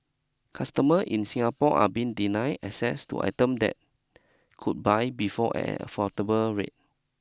customer in Singapore are being deny access to item that could buy before at affordable rate